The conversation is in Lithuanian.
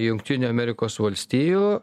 jungtinių amerikos valstijų